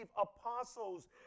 apostles